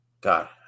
God